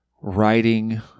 writing